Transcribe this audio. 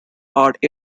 art